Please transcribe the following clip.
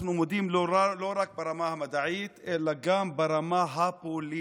אנחנו מודים לו לא רק ברמה המדעית אלא גם ברמה הפוליטית.